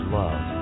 love